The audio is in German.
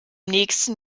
nächsten